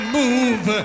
move